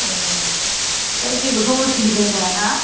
अ' ओमफ्राय जेबोथ' उसुबिदा जाया ना